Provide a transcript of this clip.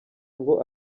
ngo